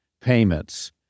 payments